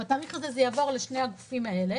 בתאריך הזה זה יעבור לשני הגופים האלה